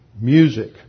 music